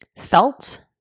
felt